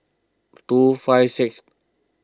two five six